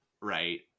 Right